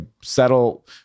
settle